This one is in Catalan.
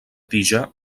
tija